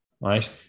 right